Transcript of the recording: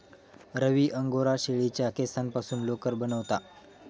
रवी Angora शेळीच्या केसांपासून लोकर बनवता